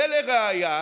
ולראיה